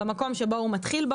במקום שבו הוא מתחיל,